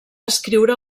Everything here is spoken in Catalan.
escriure